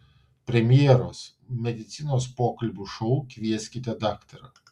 premjeros medicinos pokalbių šou kvieskite daktarą